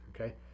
Okay